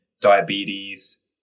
diabetes